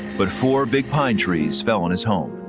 but four big pine trees fell on his home.